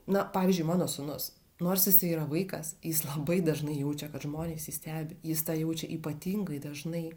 na pavyzdžiui mano sūnus nors jisai yra vaikas jis labai dažnai jaučia kad žmonės jį stebi jis tą jaučia ypatingai dažnai